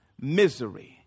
misery